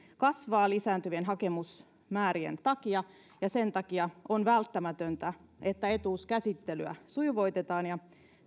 kasvaa lisääntyvien hakemusmäärien takia sen takia on välttämätöntä että etuuskäsittelyä sujuvoitetaan ja